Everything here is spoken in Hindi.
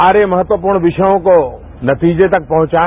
सारे महत्वपूर्ण विषयों को नतीजे तक पहुंचाए